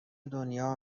دنیا